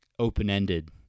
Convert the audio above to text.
open-ended